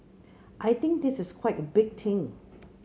I think this is quite a big thing